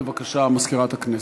בבקשה, מזכירת הכנסת.